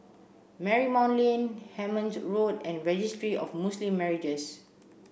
Marymount Lane Hemmant Road and Registry of Muslim